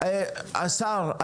השר,